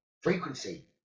frequency